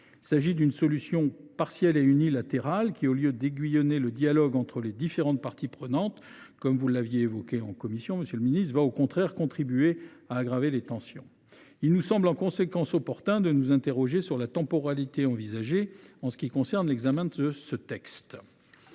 Il s’agit d’une solution « partielle et unilatérale », qui, au lieu d’aiguillonner le dialogue entre les différentes parties prenantes, comme vous l’aviez évoqué en commission, monsieur le ministre, va au contraire contribuer à aggraver les tensions. Il nous semble en conséquence opportun de nous interroger sur la temporalité envisagée pour l’examen de ce texte,